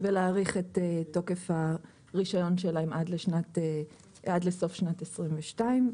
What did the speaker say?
ולהאריך את תוקף הרישיון שלהם עד לסוף שנת 2022,